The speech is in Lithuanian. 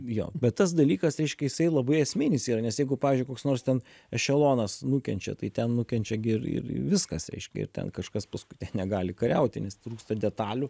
jo bet tas dalykas reiškia jisai labai esminis yra nes jeigu pavyzdžiui koks nors ten ešelonas nukenčia tai ten nukenčia gi ir ir viskas reiškia ir ten kažkas paskui negali kariauti nes trūksta detalių